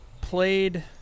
played